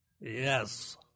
Yes